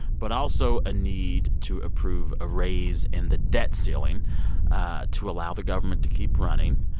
but also a need to approve a raise in the debt ceiling to allow the government to keep running.